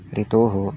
ऋतोः